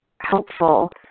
helpful